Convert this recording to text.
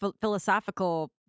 philosophical